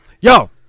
Yo